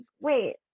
wait